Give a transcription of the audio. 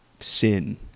sin